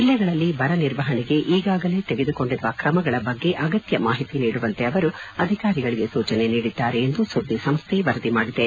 ಜಿಲ್ಲೆಗಳಲ್ಲಿ ಬರ ನಿರ್ವಹಣೆಗೆ ಈಗಾಗಲೇ ತೆಗೆದುಕೊಂಡಿರುವ ಕ್ರಮಗಳ ಬಗ್ಗೆ ಅಗತ್ಯ ಮಾಹಿತಿ ನೀಡುವಂತೆ ಅವರು ಅಧಿಕಾರಿಗಳಿಗೆ ಸೂಚನೆ ನೀಡಿದ್ದಾರೆ ಎಂದು ಸುದ್ದಿಸಂಸ್ವೆ ವರದಿ ಮಾಡಿದೆ